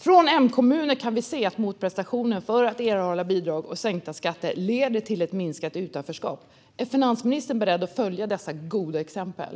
I M-kommuner kan vi se att krav på motprestationer för att erhålla bidrag och sänkta skatter leder till ett minskat utanförskap. Är finansministern beredd att följa dessa goda exempel?